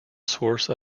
source